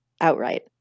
Outright